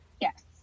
yes